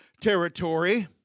territory